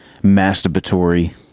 masturbatory